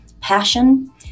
passion